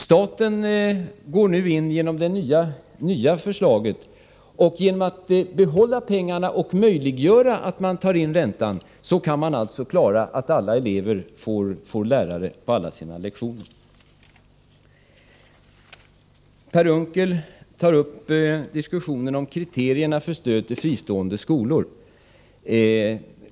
Staten går nu in genom det nya förslaget. Genom att behålla pengarna och möjliggöra att man tar in räntan kan man alltså klara att alla elevér får lärare till alla sina lektioner. Per Unckel tar upp diskussionen om kriterierna för stöd till fristående skolor.